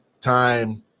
time